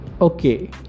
okay